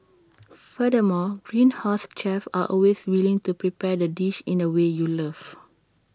furthermore Greenhouse's chefs are always willing to prepare the dish in the way you love